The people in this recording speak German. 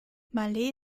malé